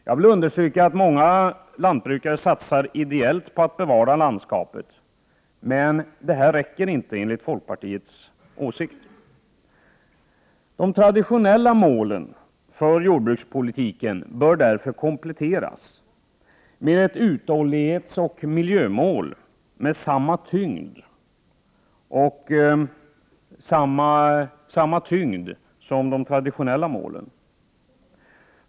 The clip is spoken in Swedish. Jag vill understryka att många lantbrukare satsar ideellt på att bevara landskapet, men enligt folkpartiets åsikt räcker inte detta. De traditionella målen för jordbrukspolitiken bör därför kompletteras med ett uthållighetsoch miljömål med samma tyngd som de traditionella målen.